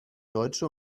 deutsche